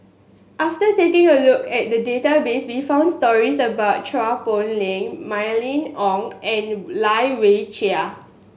after taking a look at the database we found stories about Chua Poh Leng Mylene Ong and Lai Weijie